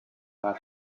had